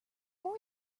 more